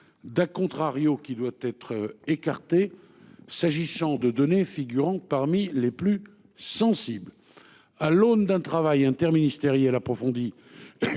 d'qui doit être écarté, s'agissant de données figurant parmi les plus sensibles. À l'aune d'un travail interministériel approfondi